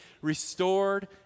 restored